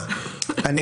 ילדים (הכרה בעמותה לאימוץ בין ארצי) (תיקון),